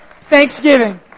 Thanksgiving